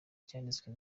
cyanditswe